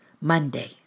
Monday